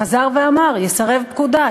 חזר ואמר: יסרב פקודה,